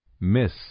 miss